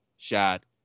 Shot